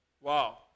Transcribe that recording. Wow